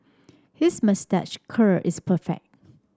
his moustache curl is perfect